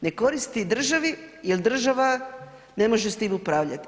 Ne koristi državi jer država ne može s tim upravljati.